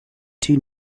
two